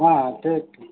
ᱦᱮᱸ ᱦᱮᱸ ᱴᱷᱤᱠ ᱴᱷᱤᱠ